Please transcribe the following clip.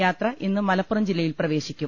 യാത്ര ഇന്ന് മലപ്പുറം ജില്ലയിൽ പ്രവേശിക്കും